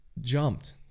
jumped